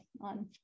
on